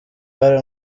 bari